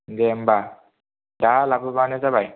दे होमबा दा लाबोबानो जाबाय